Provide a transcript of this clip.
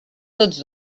tots